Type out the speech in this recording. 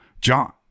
John